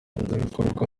umuhuzabikorwa